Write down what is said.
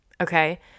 okay